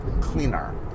cleaner